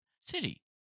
city